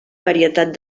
varietat